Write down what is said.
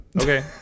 Okay